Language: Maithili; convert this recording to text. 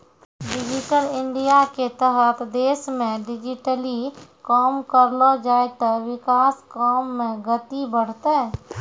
डिजिटल इंडियाके तहत देशमे डिजिटली काम करलो जाय ते विकास काम मे गति बढ़तै